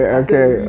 okay